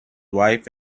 wife